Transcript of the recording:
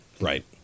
Right